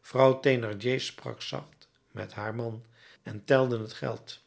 vrouw thénardier sprak zacht met haar man en telde geld